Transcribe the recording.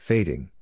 Fading